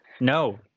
no